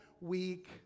week